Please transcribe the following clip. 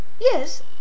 Yes